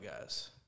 guys